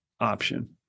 Option